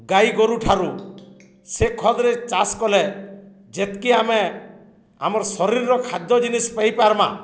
ଗାଈ ଗୋରୁଠାରୁ ସେ ଖତ୍ରେ ଚାଷ୍ କଲେ ଯେତ୍କି ଆମେ ଆମର୍ ଶରୀରର ଖାଦ୍ୟ ଜିନିଷ୍ ପାଇପାର୍ମା